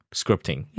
scripting